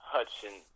Hudson